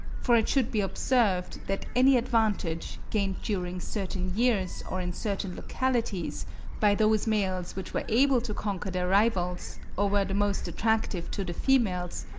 for it should be observed that any advantage, gained during certain years or in certain localities by those males which were able to conquer their rivals, or were the most attractive to the females,